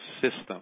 system